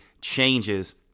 changes